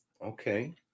Okay